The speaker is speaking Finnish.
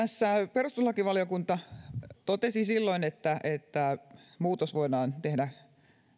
perustuslakivaliokunta totesi silloin että että muutos voidaan tehdä